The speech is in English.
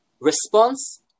Response